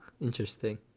interesting